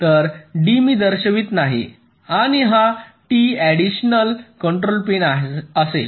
तर D मी दर्शवित नाही आणि हा T ऍडिशनल कंट्रोल पिन असेल